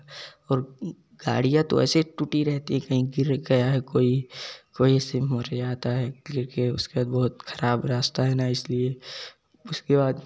और गाड़ियाँ तो ऐसे टूटी रहती है कहीं गिर गया है कोई ऐसे कोई मर जाता गिर के उसके बाद बहुत खराब रास्ता है ना इसलिए उसके बाद